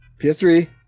PS3